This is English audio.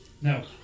No